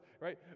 right